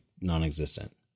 non-existent